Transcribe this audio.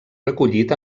recollit